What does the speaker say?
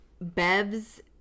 Bev's